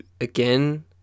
again